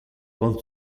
con